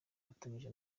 afatanyije